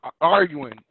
arguing